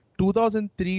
2003